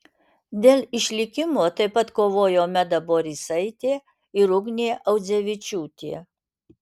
dėl išlikimo taip pat kovojo meda borisaitė ir ugnė audzevičiūtė